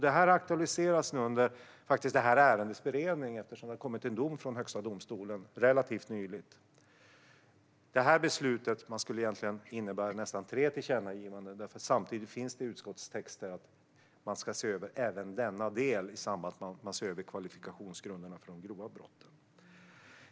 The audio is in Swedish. Det här har faktiskt aktualiserats under ärendets beredning, eftersom det relativt nyligen kom en dom från Högsta domstolen. Det här beslutet skulle egentligen nästan innebära att det behövs tre tillkännagivanden, för det finns samtidigt utskottstexter om att man ska se över även denna del i samband med att man ser över kvalifikationsgrunderna för de grova brotten.